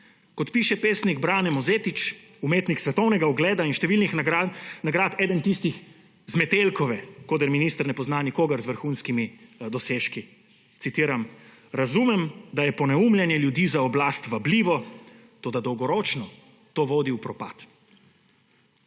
Kot piše pesnik Brane Mozetič, umetnik svetovnega ugleda in številnih nagrad, eden tistih z Metelkove, od koder minister ne pozna nikogar z vrhunskimi dosežki, citiram: »Razumem, da je poneumljanje ljudi za oblast vabljivo, toda dolgoročno to vodi v propad.«